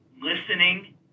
listening